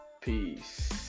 Peace